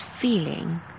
feeling